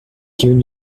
kiun